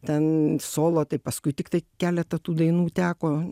ten solo tai paskui tiktai keletą tų dainų teko